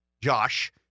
Josh